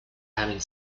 having